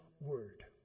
word